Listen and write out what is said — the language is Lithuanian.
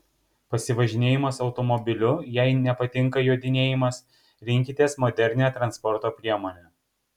pasivažinėjimas automobiliu jei nepatinka jodinėjimas rinkitės modernią transporto priemonę